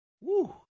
Woo